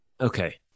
Okay